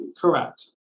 correct